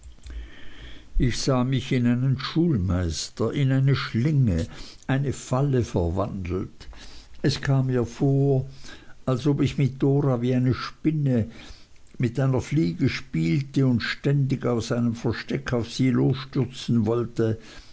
ich sah mich in einen schulmeister in eine schlinge eine falle verwandelt es kam mir vor als ob ich mit dora wie eine spinne mit einer fliege spielte und beständig aus einem versteck auf sie losstürzen wollte